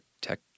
tech